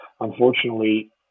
unfortunately